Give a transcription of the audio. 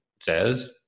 says